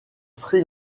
sri